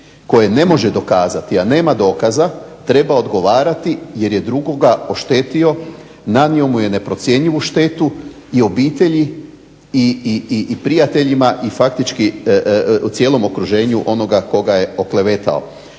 koje ne može dokazati a nema dokaza treba odgovarati jer je drugoga oštetio, nanijeo mu je neprocjenjivu štetu i obitelji i prijateljima i faktički cijelom okruženju onoga kojega je oklevetao.